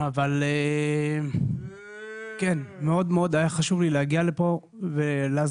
אבל כן מאוד היה חשוב לי להגיע לפה ולעזוב